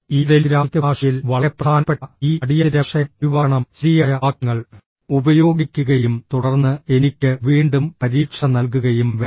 ഈ ടെലിഗ്രാഫിക് ഭാഷയിൽ വളരെ പ്രധാനപ്പെട്ട ഈ അടിയന്തിര വിഷയം ഒഴിവാക്കണം ശരിയായ വാക്യങ്ങൾ ഉപയോഗിക്കുകയും തുടർന്ന് എനിക്ക് വീണ്ടും പരീക്ഷ നൽകുകയും വേണം